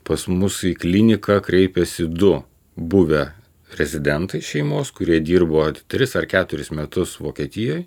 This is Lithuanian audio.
pas mus į kliniką kreipėsi du buvę rezidentai šeimos kurie dirbo tris ar keturis metus vokietijoj